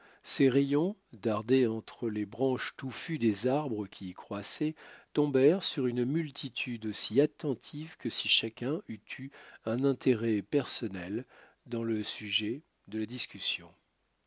ses rayons dardés entre les branches touffues des arbres qui y croissaient tombèrent sur une multitude aussi attentive que si chacun eût eu un intérêt personnel dans le sujet de la discussion